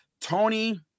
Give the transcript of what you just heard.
Tony